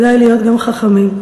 כדאי להיות גם חכמים.